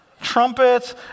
Trumpets